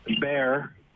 Bear